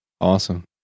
Awesome